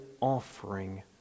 offering